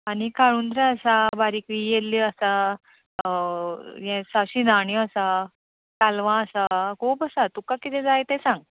आनी काळुंदरां आसा बारीक येल्ल्यो आसा शिणाण्यो आसा कालवां आसा खूब आसा तुका कितें जाय तें सांग